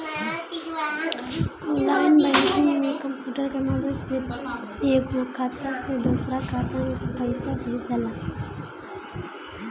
online banking में computer के मदद से एगो खाता से दोसरा खाता में पइसा भेजाला